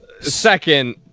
Second